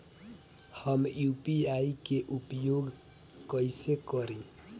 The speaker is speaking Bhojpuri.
हम यू.पी.आई के उपयोग कइसे करी?